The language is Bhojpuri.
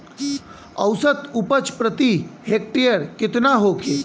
औसत उपज प्रति हेक्टेयर केतना होखे?